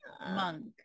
monk